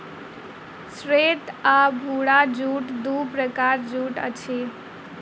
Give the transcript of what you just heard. श्वेत आ भूरा जूट दू प्रकारक जूट अछि